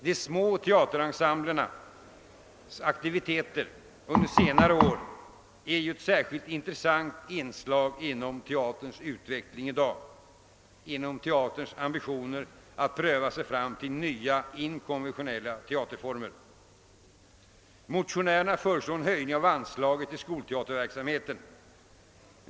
De små teaterensemblernas aktiviteter under senare år utgör ett särskilt intressant inslag i teaterns utveckling i dag, inom teaterns ambitioner att pröva sig fram till nya, inkonventionella teaterformer. Motionärerna föreslår en höjning av anslaget till skolteaterverksamheten.